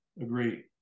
agree